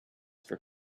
for